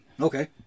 Okay